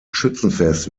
schützenfest